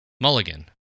Mulligan